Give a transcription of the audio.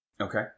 Okay